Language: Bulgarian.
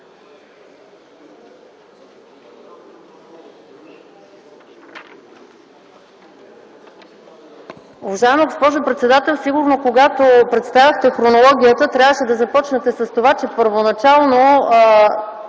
Уважаема госпожо председател, сигурно когато представяхте хронологията, трябваше да започнете с това, че първоначално